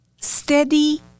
steady